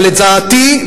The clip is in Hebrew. אבל לדעתי,